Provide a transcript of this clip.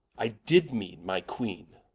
i did meane my queene